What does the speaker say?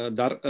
dar